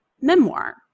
memoir